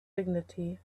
dignity